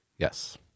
Yes